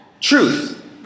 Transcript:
truth